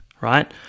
right